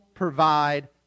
provide